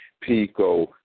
Pico